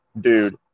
Dude